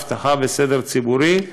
אבטחה וסדר ציבורי,